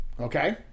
Okay